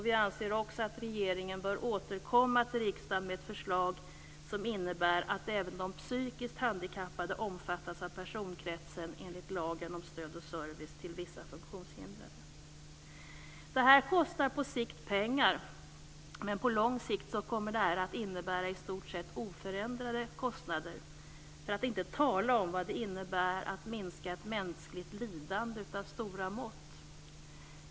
Vi anser också att regeringen bör återkomma till riksdagen med ett förslag som innebär att även de psykiskt handikappade omfattas av personkretsen enligt lagen om stöd och service till vissa funktionshindrade. Det här kostar pengar, men på lång sikt kommer det att innebära i stort sett oförändrade kostnader, för att inte tala om vad det innebär i minskat mänskligt lidande av stora mått.